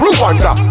Rwanda